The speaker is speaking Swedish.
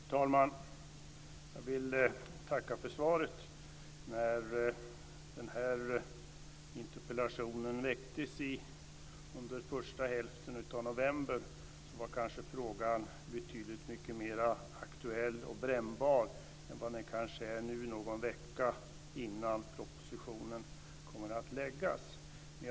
Fru talman! Jag vill tacka för svaret. När den här interpellationen väcktes under första hälften av november var frågan kanske betydligt mera aktuell och brännbar än vad den nu är någon vecka innan propositionen kommer att läggas fram.